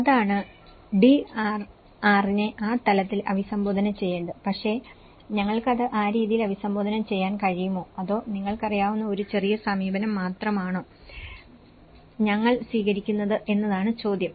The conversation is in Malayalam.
അതാണ് ഡിആർആറിനെ ആ തലത്തിൽ അഭിസംബോധന ചെയ്യേണ്ടത് പക്ഷേ ഞങ്ങൾക്ക് അത് ആ രീതിയിൽ അഭിസംബോധന ചെയ്യാൻ കഴിയുമോ അതോ നിങ്ങൾക്കറിയാവുന്ന ഒരു ചെറിയ സമീപനം മാത്രമാണോ ഞങ്ങൾ സ്വീകരിക്കുന്നത് എന്നതാണ് ചോദ്യം